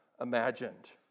imagined